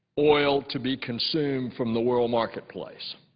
oil to be consumed from the world marketplace.